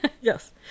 Yes